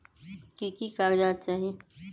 की की कागज़ात चाही?